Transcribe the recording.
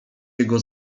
jego